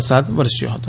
વરસાદ વરસ્યો હતો